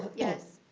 yes.